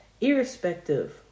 irrespective